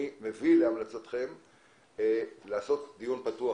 אבל אני ממליץ לעשות דיון פתוח,